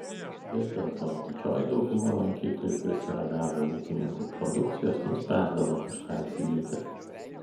vis dėlto didžioji dauguma lankytojų prisiragavę ūkininkų produkcijos nuspręsdavo kažką įsigyti